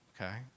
okay